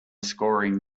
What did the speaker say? scoring